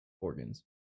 organs